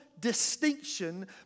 distinction